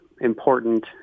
important